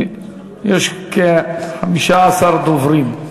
כמה דוברים יש, יש כ-15 דוברים.